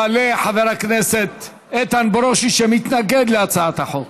יעלה חבר הכנסת איתן ברושי, שמתנגד להצעת החוק.